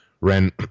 Ren